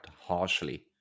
harshly